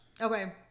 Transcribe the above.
Okay